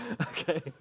Okay